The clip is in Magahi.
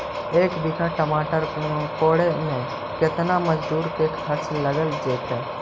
एक बिघा टमाटर कोड़े मे केतना मजुर के खर्चा लग जितै?